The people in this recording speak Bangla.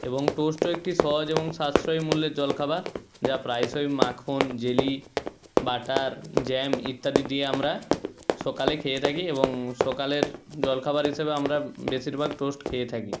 এবং টোস্টও একটি সহজ এবং সাশ্রয় মূল্যের জলখাবার যা প্রায়শই মাখন জেলি বাটার জ্যাম ইত্যাদি দিয়ে আমরা সকালে খেয়ে থাকি এবং সকালের জলখাবার হিসেবে আমরা বেশিরভাগ টোস্ট খেয়ে থাকি